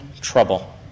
trouble